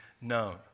known